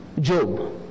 Job